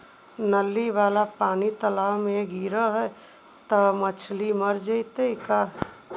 नली वाला पानी तालाव मे गिरे है त मछली मर जितै का?